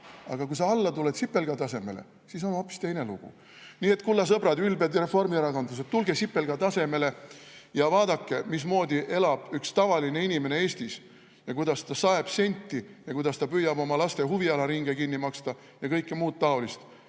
Aga kui sa tuled alla, sipelga tasemele, siis on hoopis teine lugu. Nii et, kulla sõbrad, ülbed reformierakondlased, tulge sipelga tasemele ja vaadake, mismoodi elab üks tavaline inimene Eestis, kuidas ta saeb senti, kuidas ta püüab kinni maksta oma laste huvialaringe ja kõike muud taolist.